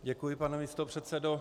Děkuji, pane místopředsedo.